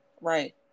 Right